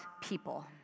people